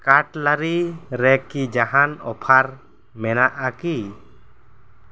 ᱠᱟᱴᱞᱟᱨᱤ ᱨᱮ ᱠᱤ ᱡᱟᱦᱟᱱ ᱚᱯᱷᱟᱨ ᱢᱮᱱᱟᱜᱼᱟ ᱠᱤ